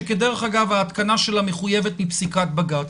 שדרך אגב ההתקנה שלה מחויבת מפסיקת בג"ץ.